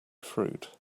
fruit